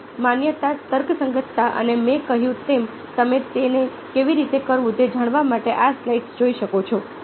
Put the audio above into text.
તમારી માન્યતા તર્કસંગતતા અને મેં કહ્યું તેમ તમે તેને કેવી રીતે કરવું તે જાણવા માટે આ સ્લાઇડ્સ જોઈ શકો છો